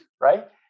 right